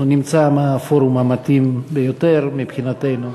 נמצא מה הפורום המתאים ביותר מבחינתנו.